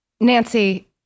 Nancy